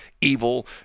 evil